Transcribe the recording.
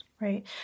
Right